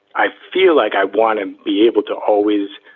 i feel like i want to be able to always